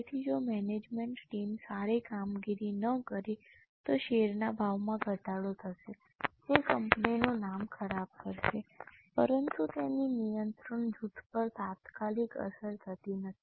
તેથી જો management team સારી કામગીરી ન કરે તો શેરના ભાવમાં ઘટાડો થશે જે કંપનીનું નામ ખરાબ કરશે પરંતુ તેની નિયંત્રણ જૂથ પર તાત્કાલિક અસર થતી નથી